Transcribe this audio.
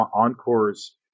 Encore's